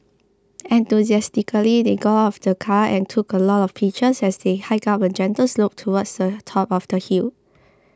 enthusiastically they got out of the car and took a lot of pictures as they hiked up a gentle slope towards the top of the hill